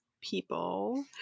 people